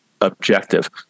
objective